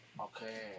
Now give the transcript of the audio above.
Okay